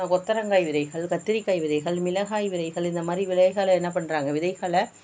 கொத்தவரங்காய் விதைகள் கத்திரிக்காய் விதைகள் மிளகாய் விதைகள் இந்தமாதிரி விதைகளை என்ன பண்ணுறாங்க விதைகளை